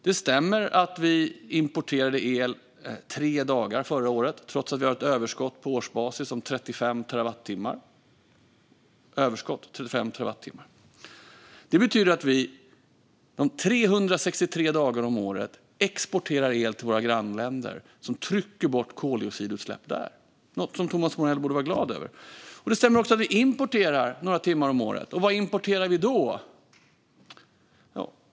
Det stämmer att vi importerade el tre dagar förra året, trots att vi har ett överskott på årsbasis på 35 terawattimmar. Det betyder att vi 363 dagar om året exporterar el till våra grannländer, vilket trycker bort koldioxidutsläpp där. Det är något som Thomas Morell borde vara glad över. Det stämmer också att vi importerar några timmar om året. Vad importerar vi då?